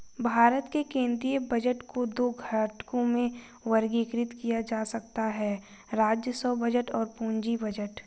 भारत के केंद्रीय बजट को दो घटकों में वर्गीकृत किया जा सकता है राजस्व बजट और पूंजी बजट